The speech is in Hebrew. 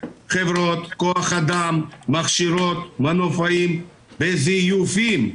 חברות כוח אדם מכשירות מנופאים בזיופים.